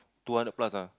two hundred plus lah